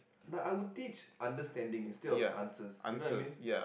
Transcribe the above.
like I would teach understanding instead of answers you know what I mean